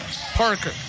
Parker